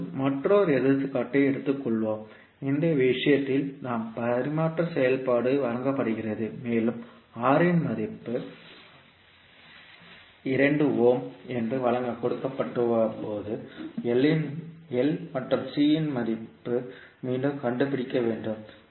இப்போது மற்றொரு எடுத்துக்காட்டை எடுத்துக்கொள்வோம் இந்த விஷயத்தில் நாம் பரிமாற்ற செயல்பாடு வழங்கப்படுகிறது மேலும் R இன் மதிப்பு 2 ஓம் என்று கொடுக்கப்படும்போது L மற்றும் C மதிப்பை மீண்டும் கண்டுபிடிக்க வேண்டும்